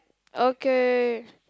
okay